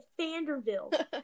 Fanderville